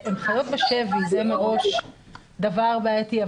זה מראש דבר בעייתי,